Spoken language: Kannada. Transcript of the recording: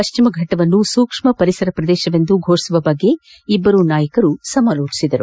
ಪಶ್ಚಿಮಘಟ್ಟವನ್ನು ಸೂಕ್ಷ್ಮ ಪರಿಸರ ಪ್ರದೇಶವೆಂದು ಘೋಷಿಸುವ ಕುರಿತು ಇಬ್ಬರೂ ನಾಯಕರು ಚರ್ಚಿಸಿದರು